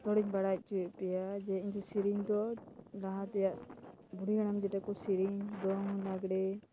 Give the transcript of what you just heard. ᱡᱚᱛᱚ ᱦᱚᱲᱤᱧ ᱵᱟᱲᱟᱭ ᱚᱪᱚᱭᱮᱫ ᱯᱮᱭᱟ ᱡᱮ ᱤᱧᱫᱚ ᱥᱮᱨᱮᱧ ᱫᱚ ᱞᱟᱦᱟ ᱛᱮᱭᱟᱜ ᱵᱩᱲᱦᱤᱼᱦᱟᱲᱟᱢ ᱡᱮᱴᱟᱠᱚ ᱥᱮᱨᱮᱧ ᱫᱚᱝ ᱞᱟᱜᱽᱬᱮ